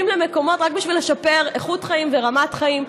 למקומות רק בשביל לשפר איכות חיים ורמת חיים.